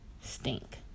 stink